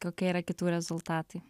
kokie yra kitų rezultatai